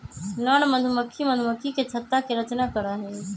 नर मधुमक्खी मधुमक्खी के छत्ता के रचना करा हई